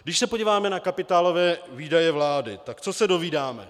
Když se podíváme na kapitálové výdaje vlády, tak co se dovídáme.